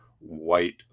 white